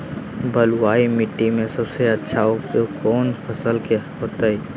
बलुई मिट्टी में सबसे अच्छा उपज कौन फसल के होतय?